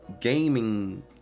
gaming